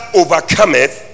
overcometh